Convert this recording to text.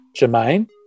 Jermaine